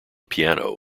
piano